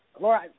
Laura